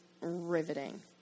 riveting